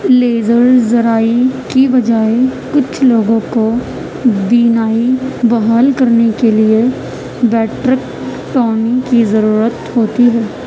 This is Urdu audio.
لیزر زرائی کی بجائے کچھ لوگوں کو بینائی بحال کرنے کے لیے ویٹرکٹامی کی ضرورت ہوتی ہے